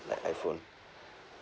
like iphone